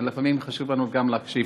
לפעמים חשוב לנו גם להקשיב.